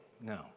no